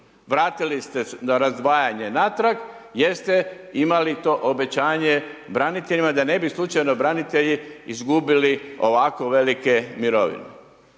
vratili ste na razdvajanje natrag, jer ste imali to obećanje braniteljima, da ne bi slučajno branitelji izgubili ovako velike mirovine.